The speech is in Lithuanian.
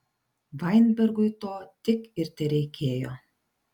vainbergui to tik ir tereikėjo